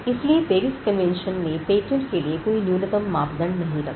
इसलिए Paris convention ने patent के लिए कोई न्यूनतम मापदंड नहीं रखा